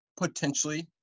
potentially